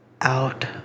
out